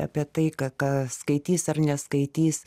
apie tai ką ką skaitys ar neskaitys